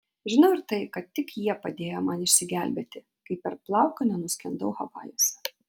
žinau ir tai kad tik jie padėjo man išsigelbėti kai per plauką nenuskendau havajuose